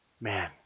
man